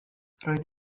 roedd